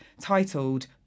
titled